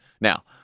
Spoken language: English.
now